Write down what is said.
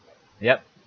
yup